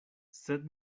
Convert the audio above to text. sed